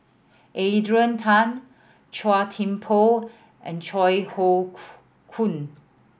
Adrian Tan Chua Thian Poh and Yeo Hoe Koon